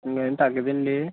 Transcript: ఇంకేం తగ్గదా అండి